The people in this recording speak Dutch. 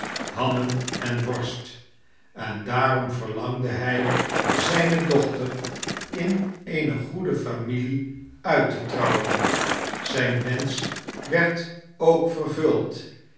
hammen en worst en daarom verlangde hij zijne dochter in eene goede familie uit te trouwen zijn wensch werd ook vervuld